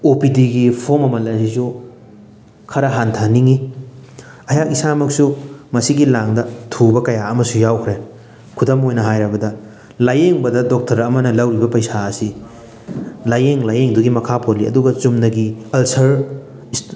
ꯑꯣ ꯄꯤ ꯗꯤꯒꯤ ꯐꯣꯔꯝ ꯃꯃꯜ ꯑꯁꯤꯁꯨ ꯈꯔ ꯍꯟꯊꯍꯟꯅꯤꯡꯉꯤ ꯑꯩꯍꯥꯛ ꯏꯁꯥꯃꯛꯁꯨ ꯃꯁꯤꯒꯤ ꯂꯥꯡꯗ ꯊꯨꯕ ꯀꯌꯥ ꯑꯃꯁꯨ ꯌꯥꯎꯈ꯭ꯔꯦ ꯈꯨꯗꯝ ꯑꯣꯏꯅ ꯍꯥꯏꯔꯕꯗ ꯂꯥꯏꯌꯦꯡꯕꯗ ꯗꯣꯛꯇꯔ ꯑꯃꯅ ꯂꯧꯔꯤꯕ ꯄꯩꯁꯥ ꯑꯁꯤ ꯂꯥꯏꯌꯦꯡ ꯂꯥꯏꯌꯦꯡꯗꯨꯒꯤ ꯃꯈꯥ ꯄꯣꯜꯂꯤ ꯑꯗꯨꯒ ꯆꯨꯝꯅꯒꯤ ꯑꯜꯁꯔ